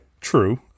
True